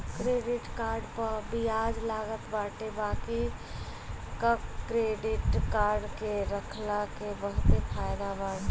credit card पअ बियाज लागत बाटे बाकी क्क्रेडिट कार्ड के रखला के बहुते फायदा बाटे